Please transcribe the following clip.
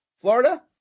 Florida